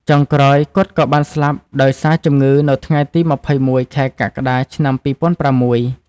ចុងក្រោយគាត់ក៏បានស្លាប់ដោយ សារជំងឺនៅថ្ងៃទី២១ ខែកក្កដា ឆ្នាំ២០០៦។